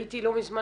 הייתי לא מזמן